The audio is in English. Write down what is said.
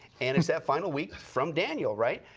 and it is that final week from daniel, right?